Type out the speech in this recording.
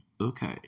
Okay